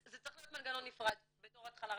זה צריך להיות מנגנון נפרד בתור התחלה.